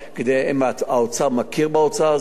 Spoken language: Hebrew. האוצר מכיר בהוצאה הזאת,